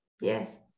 Yes